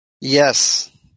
Yes